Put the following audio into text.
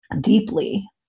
deeply